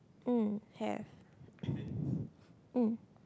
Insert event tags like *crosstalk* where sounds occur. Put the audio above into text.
mm have *breath* mm